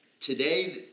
today